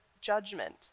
judgment